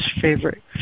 Favorite